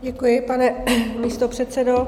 Děkuji, pane místopředsedo.